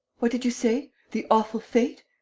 what did you say? the awful fate.